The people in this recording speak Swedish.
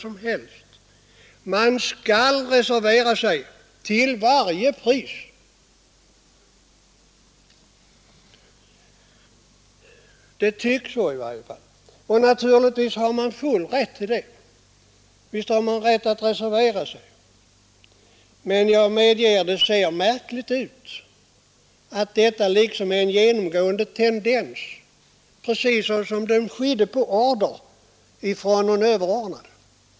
De skall reservera sig till varje pris. Det tycks så i varje fall. Naturligtvis har man full rätt att reservera sig, men det ser märkligt ut att detta liksom är en genomgående tendens precis som om det skedde på order från någon överordnad.